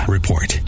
Report